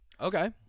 Okay